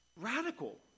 radical